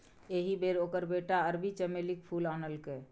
एहि बेर ओकर बेटा अरबी चमेलीक फूल आनलकै